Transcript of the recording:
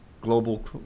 global